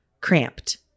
cramped